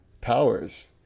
powers